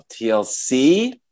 tlc